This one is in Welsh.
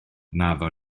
naddo